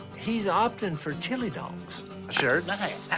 he's opting for chili dogs. a shirt and